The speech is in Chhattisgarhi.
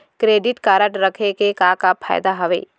क्रेडिट कारड रखे के का का फायदा हवे?